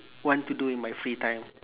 want to do in my free time